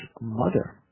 mother